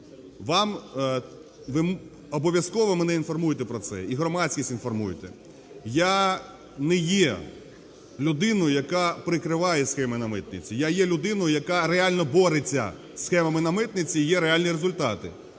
обов'язково мене інформуйте про це і громадськість інформуйте. Я не є людиною, яка прикриває схеми на митниці. Я є людиною, яка реально бореться зі схемами на митниці і є реальні результати.